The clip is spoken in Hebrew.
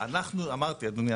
אמרתי אדוני,